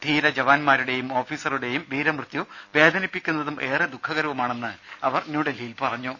ധീര ജവാൻമാരുടേയും ഓഫീസറുടേയും വീരമൃത്യു വേദനിപ്പിക്കുന്നതും ഏറെ ദുഃഖകരവുമാണെന്ന് അവർ ന്യൂഡൽഹിയിൽ പറഞ്ഞു